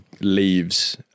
leaves